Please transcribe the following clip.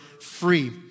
free